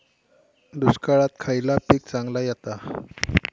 दुष्काळात खयला पीक चांगला येता?